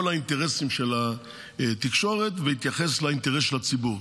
האינטרסים של התקשורת בהתייחס לאינטרס של הציבור.